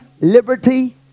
liberty